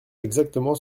exactement